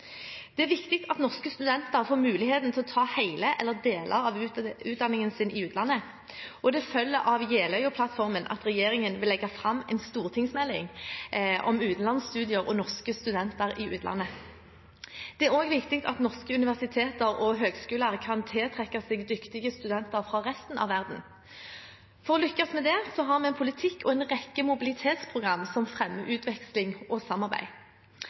Det er viktig at norske studenter får muligheten til å ta hele eller deler av utdanningen i utlandet. Det følger av Jeløya-plattformen at regjeringen vil legge fram en stortingsmelding om utenlandsstudier og norske studenter i utlandet. Det er også viktig at norske universiteter og høyskoler kan tiltrekke seg dyktige studenter fra resten av verden. For å lykkes med dette har vi en politikk og en rekke mobilitetsprogram som fremmer utveksling og samarbeid.